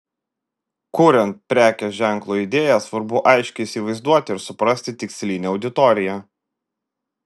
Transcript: kuriant prekės ženklo idėją svarbu aiškiai įsivaizduoti ir suprasti tikslinę auditoriją